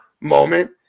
moment